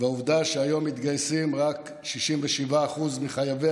והעובדה שהיום מתגייסים רק 67% מחייבי